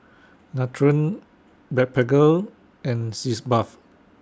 Nutren Blephagel and Sitz Bath